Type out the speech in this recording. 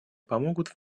помогут